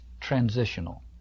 transitional